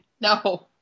No